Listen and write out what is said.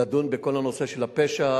לדון בכל הנושא של הפשע,